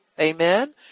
Amen